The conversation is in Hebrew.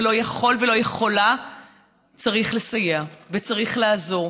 ולא יכול ולא יכולה צריך לסייע וצריך לעזור.